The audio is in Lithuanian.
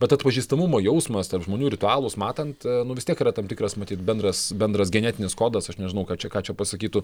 bet atpažįstamumo jausmas tarp žmonių ritualus matant nu vis tiek yra tam tikras matyt bendras bendras genetinis kodas aš nežinau ką čia ką čia pasakytų